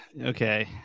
okay